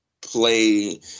play